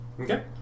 Okay